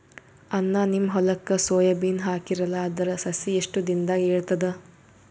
ಅಣ್ಣಾ, ನಿಮ್ಮ ಹೊಲಕ್ಕ ಸೋಯ ಬೀನ ಹಾಕೀರಲಾ, ಅದರ ಸಸಿ ಎಷ್ಟ ದಿಂದಾಗ ಏಳತದ?